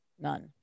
None